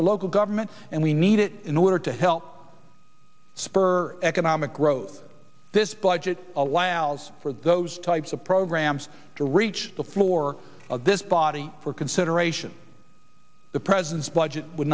for local government and we need it in order to help spur economic growth this budget allows for those types of programs to reach the floor of this body for consideration the president's budget would